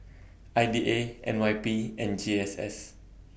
I D A N Y P and G S S